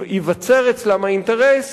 ייווצר אצלם האינטרס